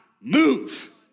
move